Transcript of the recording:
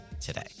today